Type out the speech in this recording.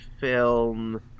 film